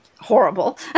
horrible